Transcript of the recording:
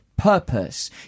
purpose